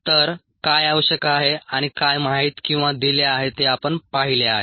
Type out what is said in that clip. तर काय आवश्यक आहे आणि काय माहित किंवा दिले आहे ते आपण पाहिले आहे